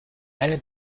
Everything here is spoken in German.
eine